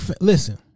listen